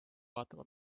vaatama